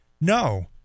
no